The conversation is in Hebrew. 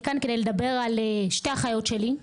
אני כאן כדי לדבר על שתי אחיות שלי.